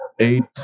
Eight